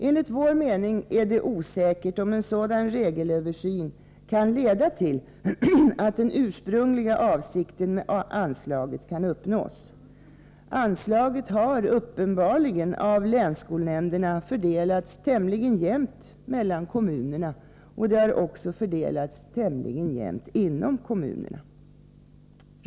Enligt vår mening är det osäkert om en sådan regelöversyn kan leda till att den ursprungliga avsikten med anslaget kan uppnås. Anslaget har uppenbarligen av länsskolnämnderna fördelats tämligen jämnt mellan kommunerna och även inom kommunerna.